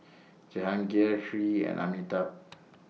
Jehangirr Hri and Amitabh